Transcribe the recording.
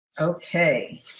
Okay